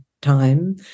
time